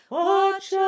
watch